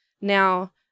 Now